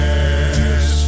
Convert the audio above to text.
Yes